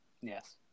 Yes